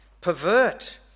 pervert